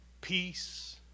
peace